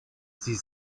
sie